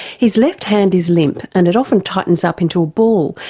his left hand is limp and it often tightens up into a ball,